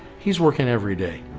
he's working every day,